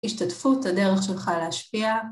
השתתפות, הדרך שלך להשפיע.